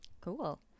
Cool